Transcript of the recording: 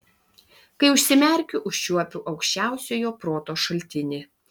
kai užsimerkiu užčiuopiu aukščiausiojo proto šaltinį